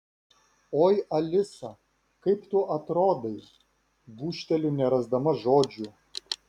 oi alisa kaip tu atrodai gūžteliu nerasdama žodžių